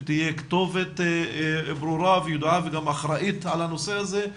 שתהיה כתובת ברורה וידועה וגם אחראית על הנושא הזה?